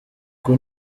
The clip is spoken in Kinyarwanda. uku